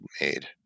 made